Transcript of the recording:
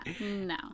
no